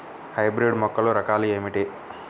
Hybrid మొక్కల రకాలు ఏమిటీ?